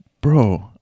bro